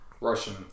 Russian